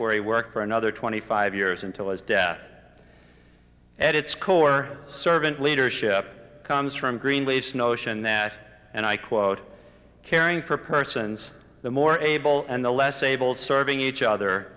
where he worked for another twenty five years until his death at its core servant leadership comes from greenleaf's notion that and i quote caring for persons the more able and the less able serving each other